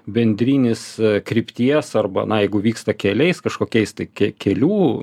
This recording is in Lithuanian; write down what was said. bendrinis krypties arba na jeigu vyksta keliais kažkokiais tai ke kelių